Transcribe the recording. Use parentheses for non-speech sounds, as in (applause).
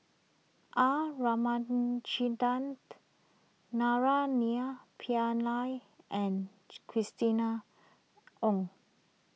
R Ramachandran (unintelligible) Naraina Pillai and (unintelligible) Christina Ong